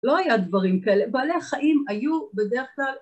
לא היה דברים כאלה, בעלי החיים היו בדרך כלל